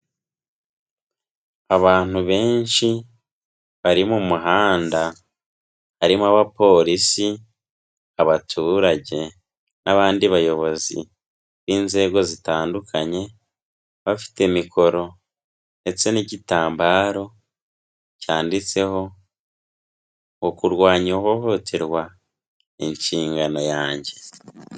Abantu benshi bari mu muhanda, harimo abapolisi, abaturage n'abandi bayobozi b'inzego zitandukanye, bafite mikoro ndetse n'igitambaro cyanditseho, ukurwanya ihohoterwa ni inshingano yanjye.